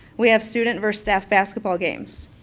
we have student versus staff basketball games.